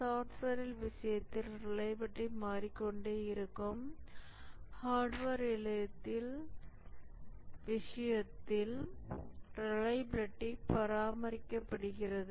சாப்ட்வேரின் விஷயத்தில் ரிலையபிலிடி மாறிக்கொண்டே இருக்கும் ஹார்ட்வேர் விஷயத்தில் ரிலையபிலிடி பராமரிக்கப்படுகிறது